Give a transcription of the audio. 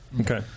Okay